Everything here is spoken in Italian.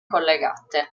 collegate